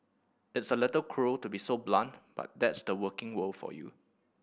it's a little cruel to be so blunt but that's the working world for you